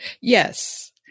Yes